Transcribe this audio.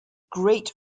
great